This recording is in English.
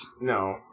No